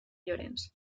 llorenç